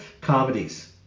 Comedies